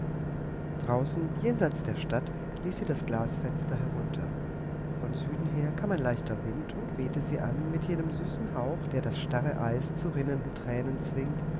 draußen jenseits der stadt ließ sie das glasfenster herunter von süden her kam ein leichter wind und wehte sie an mit jenem süßen hauch der das starre eis zu rinnenden thränen zwingt